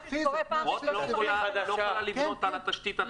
את לא יכולה לבנות על התשתית הקיימת?